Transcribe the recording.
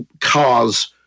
cars